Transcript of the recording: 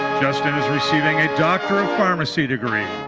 justin is receiving a doctor of pharmacy degree.